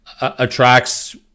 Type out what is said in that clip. attracts